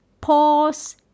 pause